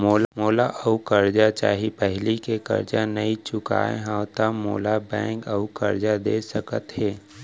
मोला अऊ करजा चाही पहिली के करजा नई चुकोय हव त मोल ला बैंक अऊ करजा दे सकता हे?